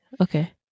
okay